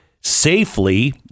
safely